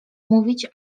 mówić